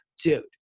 dude